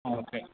okay